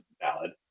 valid